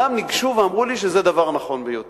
כולם ניגשו ואמרו לי שזה דבר נכון ביותר,